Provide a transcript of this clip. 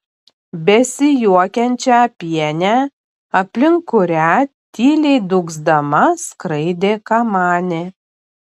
besijuokiančią pienę aplink kurią tyliai dūgzdama skraidė kamanė